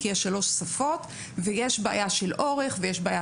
כי יש שלוש שפות ויש בעיה של אורך ויש בעיה